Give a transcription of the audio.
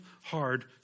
hard